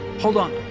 hold on.